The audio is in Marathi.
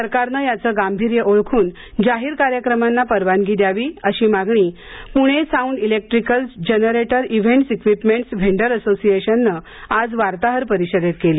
सरकारनं याचं गांभीर्य ओळखून जाहीर कार्यक्रमांना परवानगी द्यावी अशी मागणी Pune sound electricals generator events equipments vendor असोसिएशननं आज वार्ताहर परिषदेत केली